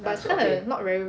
but it's kinda not very